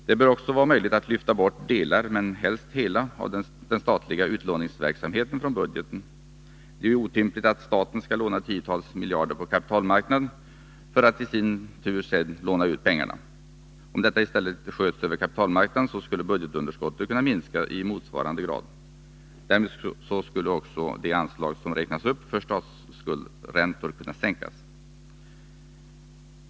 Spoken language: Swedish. Det bör också vara möjligt att lyfta bort delar av — men helst hela — den statliga utlåningsverksamheten från budgeten. Det är ju otympligt att staten skall låna tiotals miljarder kronor på kapitalmarknaden för att i sin tur sedan låna ut pengarna. Om detta i stället sköttes av kapitalmarknaden skulle budgetunderskottet kunna minska i motsvarande grad. Därmed skulle också det anslag som räknats upp för statsskuldräntor kunna sänkas.